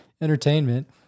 entertainment